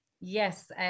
Yes